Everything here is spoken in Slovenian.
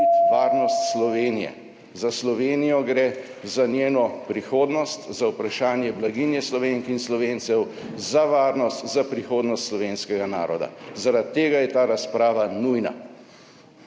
varnost Slovenije. Za Slovenijo gre. Za njeno prihodnost. Za vprašanje blaginje Slovenk in Slovencev, za varnost, za prihodnost slovenskega naroda. Zaradi tega je ta razprava nujna.